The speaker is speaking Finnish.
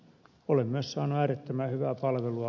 olen myös saanut äärettömän hyvää palvelua